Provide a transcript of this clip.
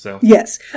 Yes